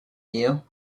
knew